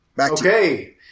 Okay